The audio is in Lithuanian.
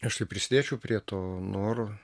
aš tai prisidėčiau prie to noro